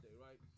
right